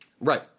Right